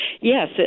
Yes